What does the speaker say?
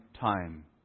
time